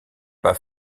pas